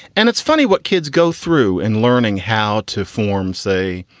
and it's funny what kids go through in learning how to form, say,